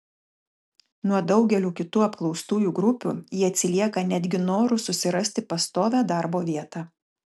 nuo daugelių kitų apklaustųjų grupių jie atsilieka netgi noru susirasti pastovią darbo vietą